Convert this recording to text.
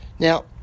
Now